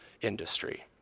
industry